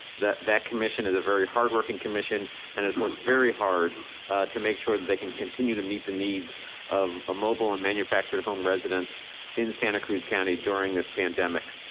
that that commission is a very hardworking commission and has worked very hard to make sure that they can continue to meet the needs of mobile and manufactured home residents in santa cruz county during this pandemic.